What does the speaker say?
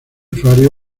usuario